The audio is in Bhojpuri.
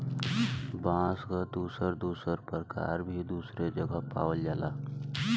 बांस क दुसर दुसर परकार भी दुसरे जगह पावल जाला